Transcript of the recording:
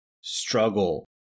struggle